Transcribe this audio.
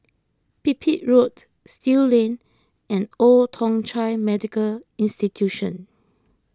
Pipit Road Still Lane and Old Thong Chai Medical Institution